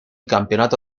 campeonato